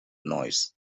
noise